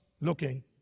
looking